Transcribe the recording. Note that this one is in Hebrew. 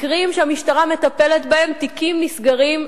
מקרים שהמשטרה מטפלת בהם, תיקים נסגרים.